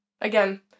Again